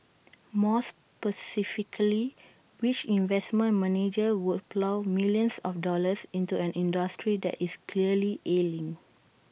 more specifically which investment manager would plough millions of dollars into an industry that is clearly ailing